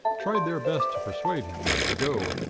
tried their best to persuade him not to go.